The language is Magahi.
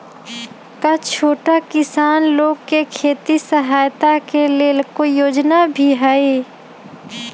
का छोटा किसान लोग के खेती सहायता के लेंल कोई योजना भी हई?